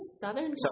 Southern